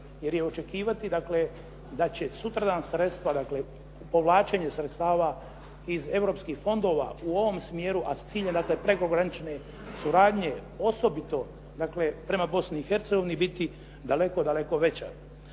jer je očekivati da će sutradan sredstva, dakle povlačenje sredstava iz europskih fondova u ovom smjeru, a s ciljem dakle prekogranične suradnje osobito, dakle prema